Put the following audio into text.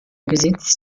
besitz